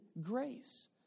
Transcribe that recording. grace